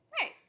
Right